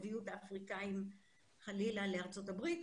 הביאו את האפריקאים חלילה לארצות הברית,